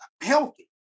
Healthy